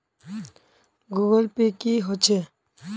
Google pay की होचे?